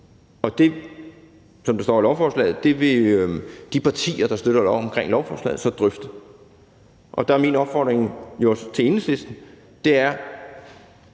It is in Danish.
Det, som der står i lovforslaget, vil de partier, der støtter op om lovforslaget, så drøfte. Og der er min opfordring, og jo også til